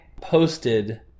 Posted